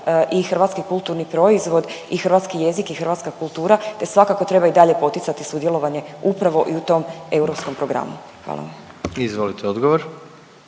i hrvatski kulturni proizvod i hrvatski jezik i hrvatska kultura, te svakako treba i dalje poticati sudjelovanje upravo i u tom europskom programu. Hvala vam. **Jandroković,